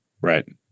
Right